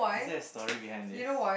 is there a story behind this